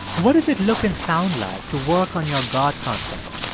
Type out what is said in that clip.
what does it look and sound like to work on your god concept?